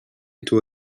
into